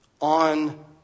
on